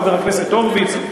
חבר הכנסת הורוביץ,